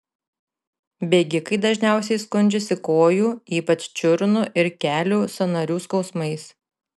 bėgikai dažniausiai skundžiasi kojų ypač čiurnų ir kelių sąnarių skausmais